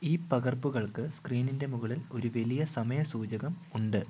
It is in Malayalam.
ഈ പകർപ്പുകൾക്ക് സ്ക്രീനിൻ്റെ മുകളിൽ ഒരു വലിയ സമയ സൂചകം ഉണ്ട്